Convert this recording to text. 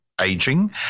aging